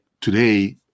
today